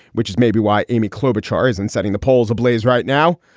which is maybe why amy klobuchar is in setting the polls ablaze right now.